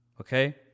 okay